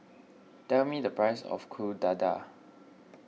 tell me the price of Kuih Dadar